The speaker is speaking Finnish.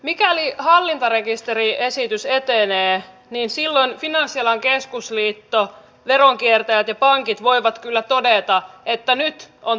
mikäli hallintarekisteriesitys etenee niin silloin finanssialan keskusliitto veronkiertäjät ja pankit voivat kyllä todeta että nyt on tilipäivä